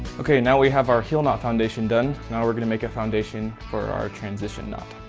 okay. now we have our heel knot foundation done. now we're going to make a foundation for our transition knot.